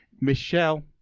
Michelle